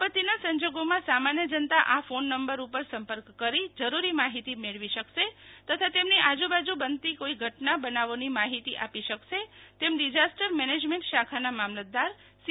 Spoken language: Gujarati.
આપત્તિના સંજોગોમાં સામાન્ય જનતા આ ફોન નંબર ઉપર સંપર્ક કરી જરૂરી માહિતી મેળવી શકશે તથા તેમની આજુબાજુ બનતાં કોઇ ઘટનાબનાવોની માહિતી આપી શકશે તેમ ડિઝાસ્ટર મેનેજમેન્ટ શાખાના મામલતદારશ્રી સી